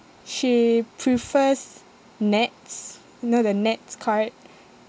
she prefers NETS you know the NETS card